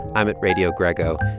i'm at radiogrego.